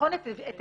לבחון את העסקה,